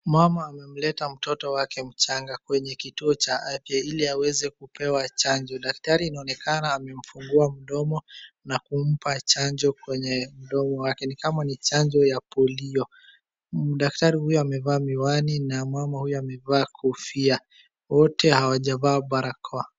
Mama anamleta mtoto wake mchanga kwenye kituo cha afya ili aweze kupewa chanjo. Daktari inaonekana amemfungua mdogo na kumpa chanjo kwenye mdomo wake, ni kama ni chanjo ya Polio. Daktari huyo amevaa miwani na mama huyo amevaa kofia. Wote hawajavaa barakoa.